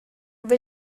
will